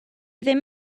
ddim